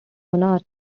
monarch